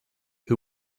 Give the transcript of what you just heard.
who